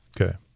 Okay